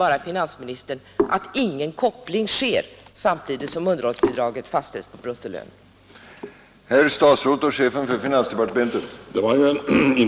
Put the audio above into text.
Men finansministern säger bara att ingen koppling sker, samtidigt som underhållsbidraget fastställs på bruttolönen och icke är avdragsgillt annat än till liten del.